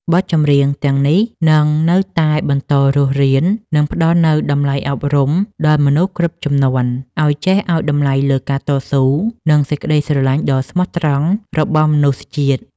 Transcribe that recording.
បទចម្រៀងទាំងនេះនឹងនៅតែបន្តរស់រាន និងផ្ដល់នូវតម្លៃអប់រំដល់មនុស្សគ្រប់ជំនាន់ ឱ្យចេះឱ្យតម្លៃលើការតស៊ូ និងសេចក្តីស្រឡាញ់ដ៏ស្មោះត្រង់របស់មនុស្សជាតិ។